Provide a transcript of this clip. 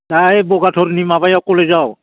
नाय बगाथरनि माबायाव कलेजआव